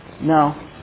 No